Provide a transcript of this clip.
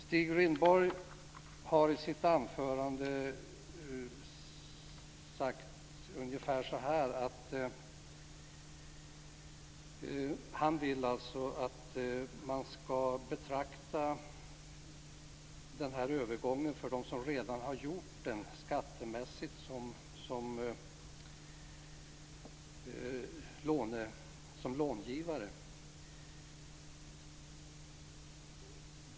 Stig Rindborg har i sitt anförande sagt ungefär att han vill att man skattemässigt skall betrakta dem som redan har gjort den här övergången som långivare.